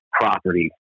property